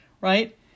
right